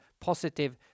positive